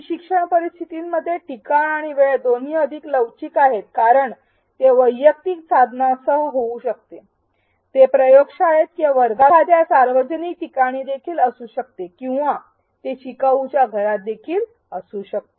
E शिक्षण परिस्थितींमध्ये ठिकाण आणि वेळ दोन्ही अधिक लवचिक आहेत कारण ते वैयक्तिक साधनासह होऊ शकते ते प्रयोगशाळेत किंवा वर्गात असू शकते परंतु हे एखाद्या सार्वजनिक ठिकाणी देखील असू शकते किंवा ते शिकाऊच्या घरात देखील असू शकते